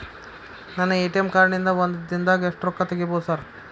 ನನ್ನ ATM card ನಿಂದಾ ಒಂದ್ ದಿಂದಾಗ ಎಷ್ಟ ರೊಕ್ಕಾ ತೆಗಿಬೋದು ಸಾರ್?